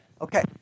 Okay